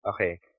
Okay